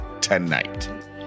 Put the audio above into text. tonight